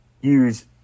use